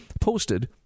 posted